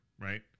right